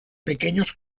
pequeños